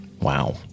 Wow